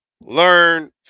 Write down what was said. Learn